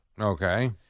Okay